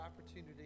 opportunity